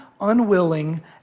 unwilling